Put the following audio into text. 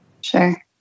Sure